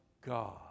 God